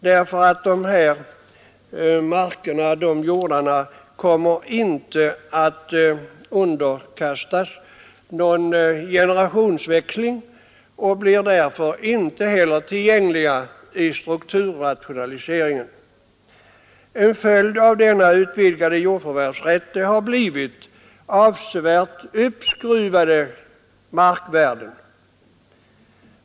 Dessa jordar kommer då nämligen inte att underkastas någon generationsväxling och blir därför inte heller tillgängliga i strukturrationaliseringen. En följd av denna utvidgade jordförvärvsrätt har blivit avsevärt uppskruvade markvärden.